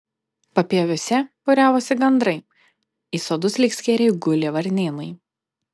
papieviuose būriavosi gandrai į sodus lyg skėriai gulė varnėnai